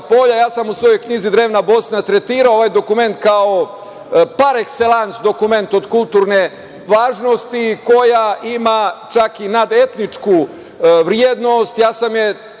Polja. Ja sam u svojoj knjizi „Drevna Bosna“ tretirao ovaj dokument kao par ekselans dokument od kulturne važnosti i koja ima čak i nad etničku vrednost. Ja sam je